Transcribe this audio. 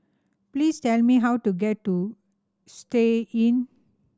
please tell me how to get to Istay Inn